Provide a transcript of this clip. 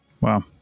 wow